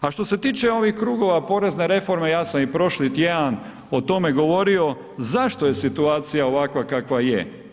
A što se tiče ovih krugova porezne reforme, ja sam i prošli tjedan o tome govorio, zašto je situacija ovakva kakva je.